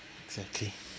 exactly